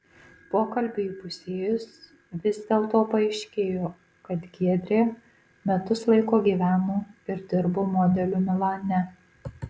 pokalbiui įpusėjus vis dėlto paaiškėjo kad giedrė metus laiko gyveno ir dirbo modeliu milane